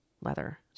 leather